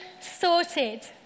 sorted